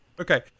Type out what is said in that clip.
Okay